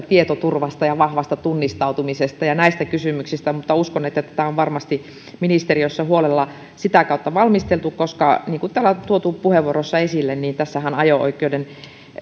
tietoturvasta ja vahvasta tunnistautumisesta ja näistä kysymyksistä mutta uskon että tätä on varmasti ministeriössä huolella sitä kautta valmisteltu koska niin kuin täällä on tuotu puheenvuoroissa esille niin ajo oikeuden